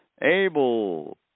able